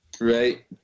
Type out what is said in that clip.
Right